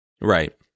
Right